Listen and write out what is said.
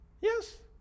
Yes